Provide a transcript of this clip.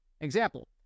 example